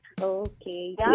Okay